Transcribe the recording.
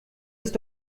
ist